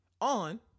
on